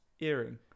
earring